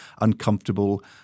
uncomfortable